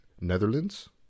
Netherlands